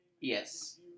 Yes